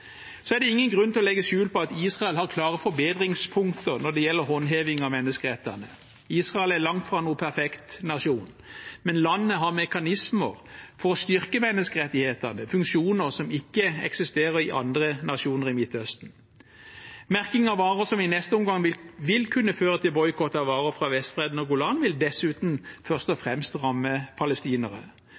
Så er det ingen grunn til å legge skjul på at Israel har klare forbedringspunkter når det gjelder håndheving av menneskerettighetene. Israel er langt fra noen perfekt nasjon, men landet har mekanismer for å styrke menneskerettighetene, funksjoner som ikke eksisterer i andre nasjoner i Midtøsten. Merking av varer som i neste omgang vil kunne føre til boikott av varer fra Vestbredden og Golanhøydene, vil dessuten først og fremst ramme palestinere.